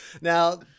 Now